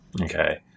Okay